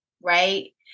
right